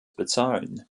bezahlen